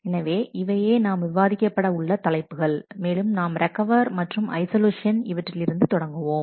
எனவே இவையே நாம் விவாதிக்கப்பட உள்ள தலைப்புகள் மேலும் நாம் ரெக்கவர் மற்றும் ஐஷோலேஷன் இவற்றில் இருந்து தொடங்குவோம்